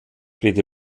die